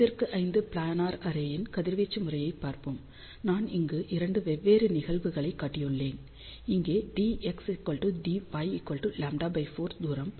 5 x 5 planar அரேயின் கதிர்வீச்சு முறையைப் பார்ப்போம் நான் இங்கு 2 வெவ்வேறு நிகழ்வுகளைக் காட்டியுள்ளேன் இங்கே dx dy λ 4 தூரம்